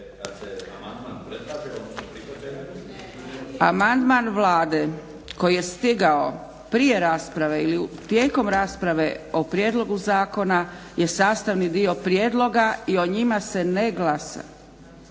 Amandman Vlade koji je stigao prije rasprave ili tijekom rasprave o prijedlogu zakona je sastavni dio prijedloga i o njima se ne glasa.